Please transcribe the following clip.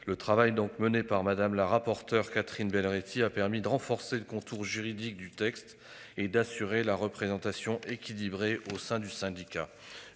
le travail donc menée par Madame la rapporteure Catherine Bell Arletty a permis de renforcer le contour juridique du texte et d'assurer la représentation équilibrée au sein du syndicat.